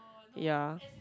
ya